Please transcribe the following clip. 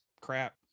crap